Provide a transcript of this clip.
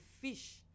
fish